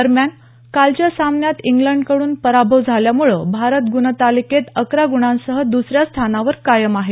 दरम्यान कालच्या सामन्यात इंग्लंडकडून पराभव झाल्यामुळे भारत गुणतालिकेत अकरा गुणांसह दुसऱ्या स्थानावर कायम आहे